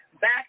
back